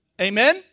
Amen